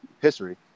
history